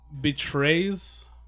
betrays